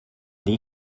dir